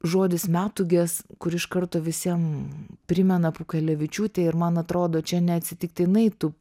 žodis metūgės kur iš karto visiem primena pūkelevičiūtę ir man atrodo čia neatsitiktinai tu